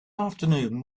afternoon